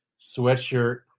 sweatshirt